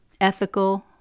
ethical